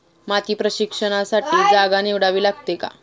माती परीक्षणासाठी जागा निवडावी लागते का?